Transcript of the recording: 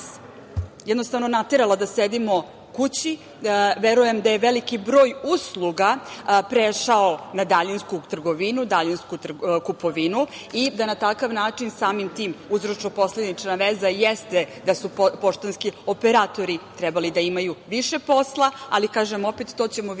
jednostavno naterala da sedimo kući. Verujem da je veliki broj usluga prešao na daljinsku trgovinu, daljinsku kupovinu i da na takav način, samim tim uzročno posledična veza jeste da su poštanski operatori trebali da imaju više posla. Kažem opet, to ćemo videti